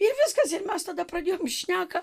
ir viskas ir mes tada pradėjom šneką